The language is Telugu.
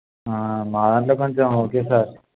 మా దాంట్లో కొంచెం ఓకే సార్